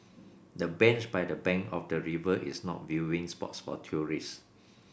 the bench by the bank of the river is not viewing spots for tourist